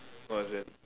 no as in